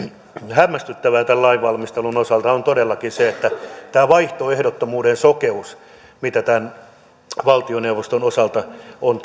hämmästyttävää tämän lainvalmistelun osalta on todellakin tämä vaihtoehdottomuuden sokeus mitä tämän valtioneuvoston osalta on